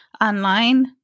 online